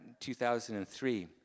2003